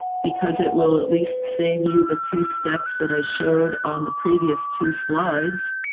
because it will at least save you the two steps that i showed on the previous two slides,